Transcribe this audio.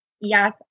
yes